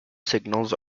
signals